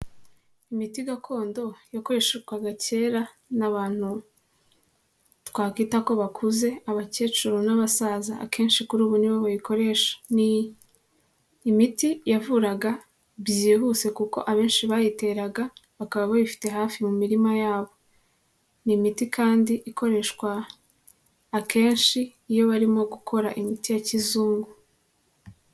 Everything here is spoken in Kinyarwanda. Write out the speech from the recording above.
Imiti gakondo yakoreshwaga kera n'abantu twakwita ko bakuze abakecuru n'abasaza akenshi kuri ubu nibo bayikoresha. Ni imiti yavuraga byihuse kuko abenshi bayiteraga bakaba bayifite hafi mu mirima yabo, ni imiti kandi ikoreshwa akenshi iyo barimo gukora imiti ya kizungu.